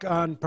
on